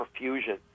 perfusion